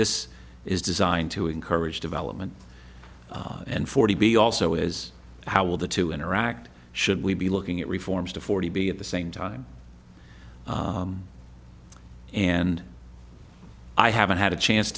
this is designed to encourage development and for to be also is how will the to interact should we be looking at reforms to forty b at the same time and i haven't had a chance